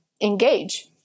engage